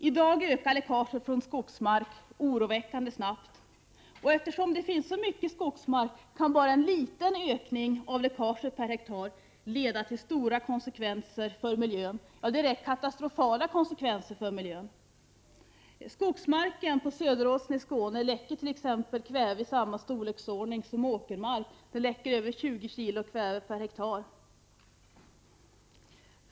I dag ökar läckaget från skogsmark oroväckande snabbt, och eftersom det finns så mycket skogsmark kan bara en liten ökning av läckaget per hektar leda till direkt katastrofala konsekvenser för miljön. Skogsmarken på Söderåsen i Skåne läcker kväve i samma storleksordning som åkermark, över 20 kg kväve per hektar.